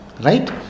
Right